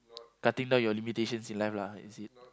cutting down your limitations in life lah is it